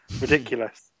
Ridiculous